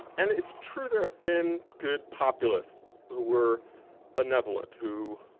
and it's true there have been good populists who were benevolent, who